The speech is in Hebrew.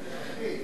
גפני,